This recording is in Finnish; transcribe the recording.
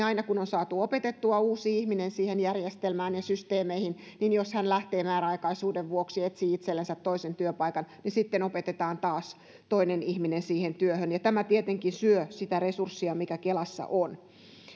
aina kun on saatu opetettua uusi ihminen siihen järjestelmään ja systeemeihin jos hän lähtee määräaikaisuuden vuoksi ja etsii itsellensä toisen työpaikan niin sitten opetetaan taas toinen ihminen siihen työhön ja tämä tietenkin syö sitä resurssia mikä kelassa on